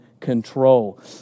control